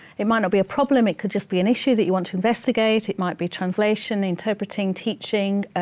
it might not be a problem. it could just be an issue that you want to investigate. it might be translation, interpreting, teaching,